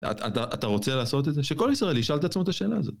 אתה רוצה לעשות את זה? שקול ישראל ישאל את עצמו את השאלה הזאת.